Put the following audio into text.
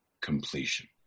completion